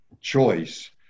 Choice